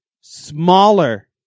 smaller